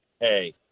hey